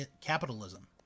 capitalism